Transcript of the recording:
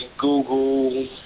Google